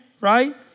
Right